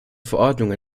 verordnung